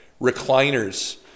recliners